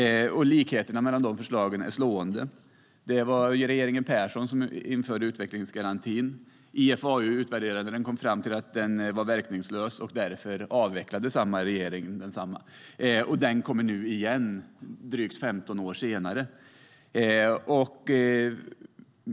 Likheterna mellan förslagen är slående. Det var regeringen Persson som införde utvecklingsgarantin, och när IFAU utvärderade den kom man fram till att den var verkningslös. Därför avvecklade samma regering garantin, men nu kommer den igen drygt 15 år senare.